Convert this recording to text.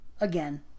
again